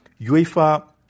UEFA